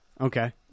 Okay